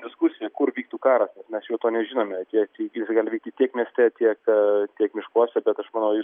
diskusija kur vyktų karas mes jau to nežinome tai ateity jis gali vykti tiek mieste tiek tiek miškuose bet aš manau